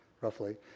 roughly